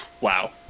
wow